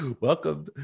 welcome